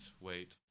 Wait